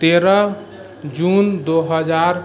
तेरह जून दुइ हजार